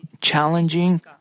challenging